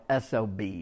SOB